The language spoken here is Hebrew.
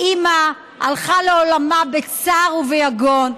האימא הלכה לעולמה בצער וביגון,